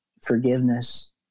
forgiveness